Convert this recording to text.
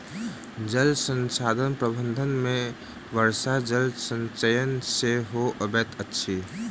जल संसाधन प्रबंधन मे वर्षा जल संचयन सेहो अबैत अछि